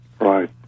right